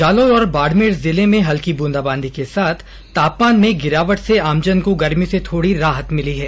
जालौर और बाड़मेर जिले में हल्की ब्रंदाबांदी के साथ तापमान में गिरावट से आमजन को गर्मी से थोड़ी राहत मिली है